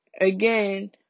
again